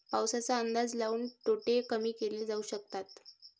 पाऊसाचा अंदाज लाऊन तोटे कमी केले जाऊ शकतात